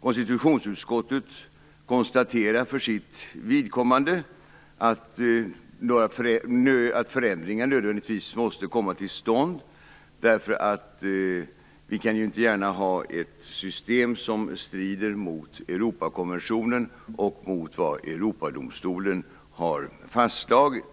Konstitutionsutskottet konstaterar för sitt vidkommande att förändringar nödvändigtvis måste komma till stånd, eftersom vi inte gärna kan ha ett system som strider mot Europakonventionen och mot vad Europadomstolen har fastslagit.